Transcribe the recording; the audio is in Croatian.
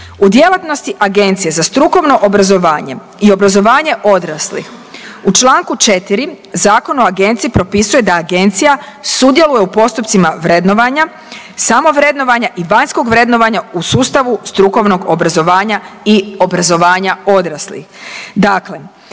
U djelatnosti Agencije za strukovno obrazovanje i obrazovanje odraslih u čl. 4. Zakona o agenciji propisuje da agencija sudjeluje u postupcima vrednovanja, samovrednovanja i vanjskog vrednovanja u sustavu strukovnog obrazovanja i obrazovanja odraslih.